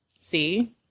See